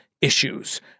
issues